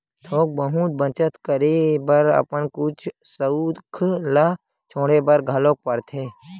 थोक बहुत बचत करे बर अपन कुछ सउख ल छोड़े बर घलोक परथे